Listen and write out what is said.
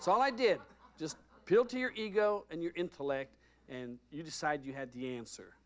so i did just bill to your ego and your intellect and you decide you had the answer